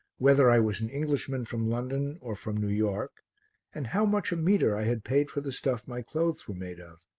whether i was an englishman from london or from new york and how much a metre i had paid for the stuff my clothes were made of.